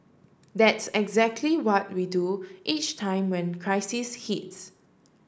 that's exactly what we do each time when crisis hits